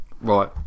right